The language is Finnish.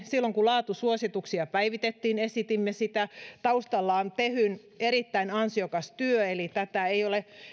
silloin kun laatusuosituksia päivitettiin esitimme sitä taustalla on tehyn erittäin ansiokas työ eli tätä ei ole